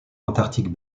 antarctique